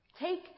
Take